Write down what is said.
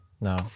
no